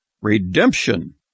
Redemption